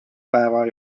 päeva